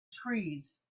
trees